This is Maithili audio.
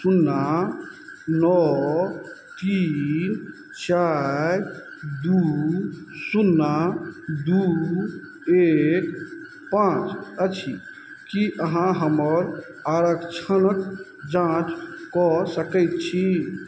शुन्ना नओ तीन चारि दू शुन्ना दू एक पाँच अछि की अहाँ हमर आरक्षणक जाँच कऽ सकैत छी